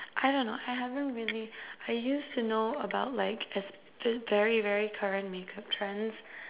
I don't know I haven't really I used to know about like as very very current makeup trends